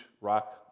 rock